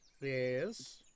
Yes